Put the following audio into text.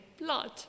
blood